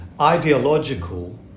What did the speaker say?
ideological